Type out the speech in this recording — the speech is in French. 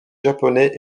japonais